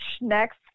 Next